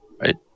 Right